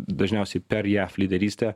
dažniausiai per jav lyderystę